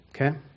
Okay